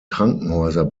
krankenhäuser